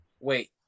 wait